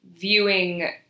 viewing